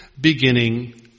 beginning